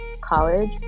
college